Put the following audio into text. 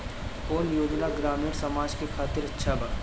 कौन योजना ग्रामीण समाज के खातिर अच्छा बा?